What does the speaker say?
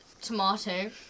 tomato